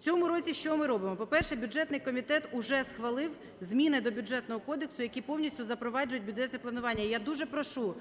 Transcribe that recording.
У цьому році що ми робимо? По-перше, бюджетний комітет уже схвалив зміни до Бюджетного кодексу, які повністю запроваджують бюджетне планування. Я дуже прошу